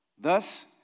Thus